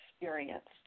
experienced